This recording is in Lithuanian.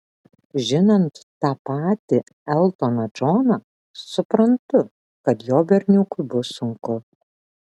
žinant tą patį eltoną džoną suprantu kad jo berniukui bus sunku